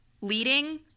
leading